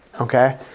Okay